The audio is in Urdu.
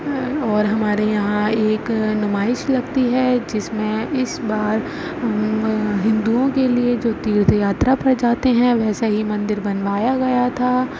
اور ہمارے یہاں ایک ںمائش لگتی ہے جس میں اس بار ہندوؤں کے لیے جو تیرتھ یاترا پر جاتے ہیں ویسا ہی مندر بنوایا گیا تھا